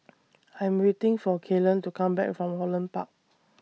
I'm waiting For Kaylan to Come Back from Holland Park